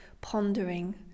pondering